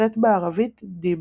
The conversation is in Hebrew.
נקראת בערבית דבס.